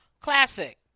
classic